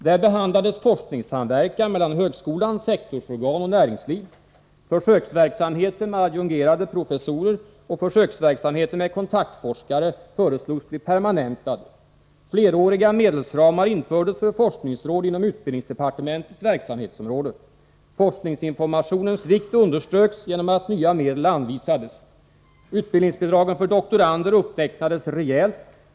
Där behandlades forskningsverksamverkan mellan högskolan, sektorsorgan och näringsliv. Försöksverksamheten med adjungerade professorer och försöksverksamheten med kontaktforskare föreslogs bli permanentade. Fleråriga medelsramar infördes för forskningsråd inom utbildningsdepartementets verksamhetsområde. Forskningsinformationens vikt underströks genom att nya medel anvisades. Utbildningsbidragen för doktorander uppräknades rejält.